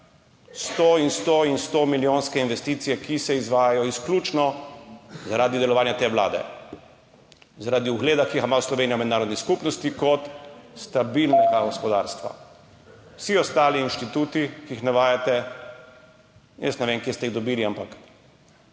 Sto in sto in stomilijonske investicije, ki se izvajajo izključno zaradi delovanja te vlade, zaradi ugleda, ki ga ima Slovenija v mednarodni skupnosti zaradi stabilnega gospodarstva. Vsi ostali inštituti, ki jih navajate, jaz ne vem, kje ste jih dobili, ampak